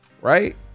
right